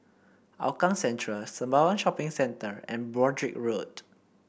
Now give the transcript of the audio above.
Hougang Central Sembawang Shopping Centre and Broadrick Road